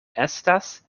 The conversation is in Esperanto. estas